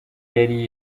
yari